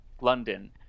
london